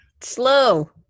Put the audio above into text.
slow